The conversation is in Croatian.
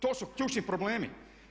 To su ključni problemi.